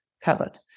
covered